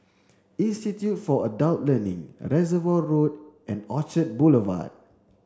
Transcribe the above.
Institute for Adult Learning Reservoir Road and Orchard Boulevard